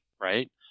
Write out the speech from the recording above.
right